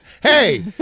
Hey